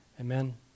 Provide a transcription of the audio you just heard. Amen